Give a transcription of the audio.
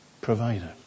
provider